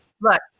Look